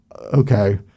okay